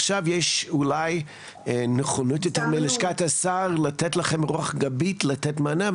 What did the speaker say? עכשיו יש אולי נכונות יותר מלשכת השר לתת לכם רוח גבית לתת מענה.